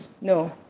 No